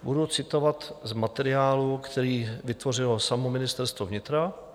Budu citovat z materiálu, který vytvořilo samo Ministerstvo vnitra.